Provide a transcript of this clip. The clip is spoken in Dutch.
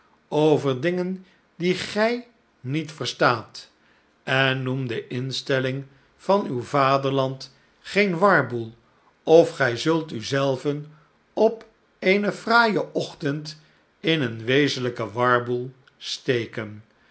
over dingen die gij niet verstaat en noem de instelling van uw vaderland geen warboel of gij zult u zelven op een fraaien ochtend in een wezenlijken warboel steken